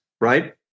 right